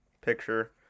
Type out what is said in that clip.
picture